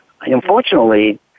Unfortunately